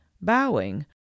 bowing